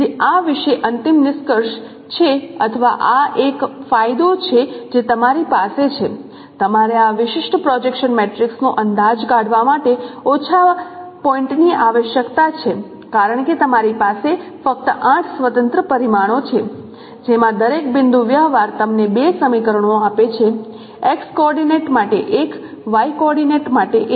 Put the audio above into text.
તેથી આ વિશે અંતિમ નિષ્કર્ષ છે અથવા આ એક ફાયદો છે જે તમારી પાસે છે તમારે આ વિશિષ્ટ પ્રોજેક્શન મેટ્રિક્સનો અંદાજ કાઢવા માટે ઓછા પોઇન્ટની આવશ્યકતા છે કારણ કે તમારી પાસે ફક્ત 8 સ્વતંત્ર પરિમાણો છે જેમાં દરેક બિંદુ વ્યવહાર તમને બે સમીકરણો આપે છે x કોઓર્ડિનેટ માટે એક y કોઓર્ડિનેટ માટે એક